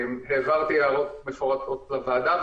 העברתי הערות מפורטות לוועדה.